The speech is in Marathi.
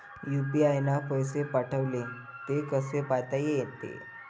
यू.पी.आय न पैसे पाठवले, ते कसे पायता येते?